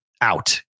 Out